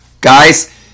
Guys